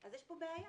אז יש פה בעיה.